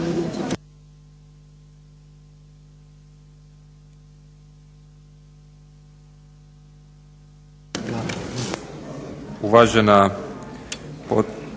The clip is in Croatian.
Uvažena